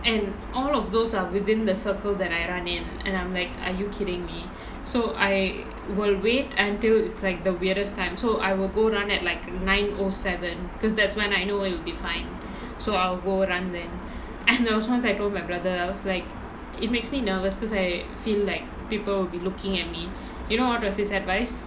and all of those are within the circle that I run in and I'm like are you kidding me so I will wait until it's like the weirdest time so I will go run at like nine oh seven because that's when it'll be fine so I'll go run then and there was once I told my brother like it makes me nervous because I feel like people will be looking at me you know what was his advice